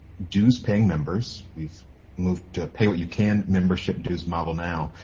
dues paying members. we've moved to pay what you can membership dues model now.